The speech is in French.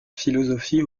philosophie